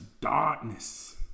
Darkness